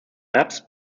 maps